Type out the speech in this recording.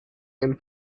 and